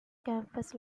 campus